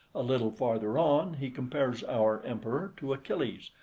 a little farther on, he compares our emperor to achilles,